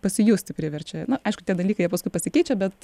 pasijusti priverčia na aišku tie dalykai jie paskui pasikeičia bet